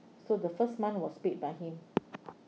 so the first month was paid by him